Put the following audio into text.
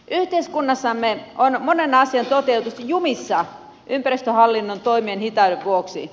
yhteiskunnassamme on monen asian toteutus jumissa ympäristöhallinnon toimien hitauden vuoksi